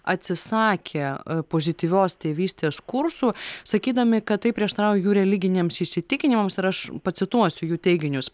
atsisakė pozityvios tėvystės kursų sakydami kad tai prieštarauja jų religiniams įsitikinimams ir aš pacituosiu jų teiginius